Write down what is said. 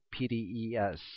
PDES